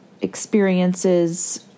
experiences